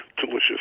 delicious